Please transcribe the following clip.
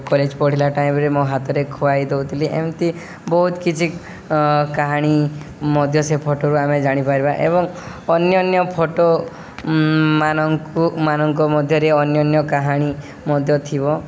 college ପଢ଼ିଲା ଟାଇମ୍ରେ ମୋ ହାତରେ ଖୁଆଇ ଦେଉଥିଲି ଏମିତି ବହୁତ କିଛି କାହାଣୀ ମଧ୍ୟ ସେ ଫଟୋରୁ ଆମେ ଜାଣିପାରିବା ଏବଂ ଅନ୍ୟାନ୍ୟ ଫଟୋ ମାନଙ୍କୁ ମାନଙ୍କ ମଧ୍ୟରେ ଅନ୍ୟାନ୍ୟ କାହାଣୀ ମଧ୍ୟ ଥିବ